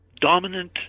dominant